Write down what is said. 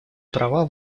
права